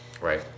Right